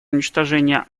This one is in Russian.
уничтожения